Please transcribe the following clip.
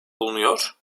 bulunuyor